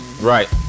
Right